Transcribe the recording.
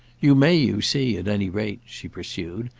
you may, you see, at any rate, she pursued,